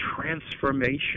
transformation